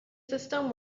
system